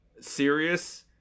serious